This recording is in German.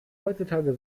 heutzutage